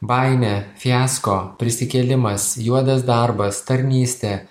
baimė fiasko prisikėlimas juodas darbas tarnystė